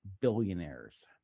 billionaires